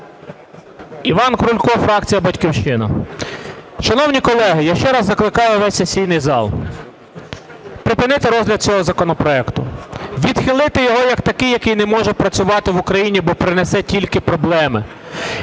Іван Крулько, фракція "Батьківщина". Шановні колеги, я ще раз закликаю весь сесійний зал, припинити розгляд цього законопроекту, відхилити його як такий, який не може працювати в Україні, бо принесе тільки проблеми,